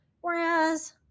whereas